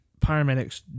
paramedics